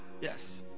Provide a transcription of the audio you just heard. yes